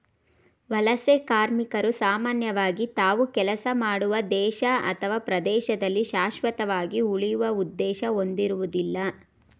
ವಲಸೆ ಕಾರ್ಮಿಕರು ಸಾಮಾನ್ಯವಾಗಿ ತಾವು ಕೆಲಸ ಮಾಡುವ ದೇಶ ಅಥವಾ ಪ್ರದೇಶದಲ್ಲಿ ಶಾಶ್ವತವಾಗಿ ಉಳಿಯುವ ಉದ್ದೇಶ ಹೊಂದಿರುವುದಿಲ್ಲ